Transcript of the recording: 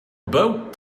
boat